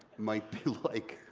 might be like,